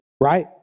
right